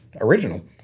original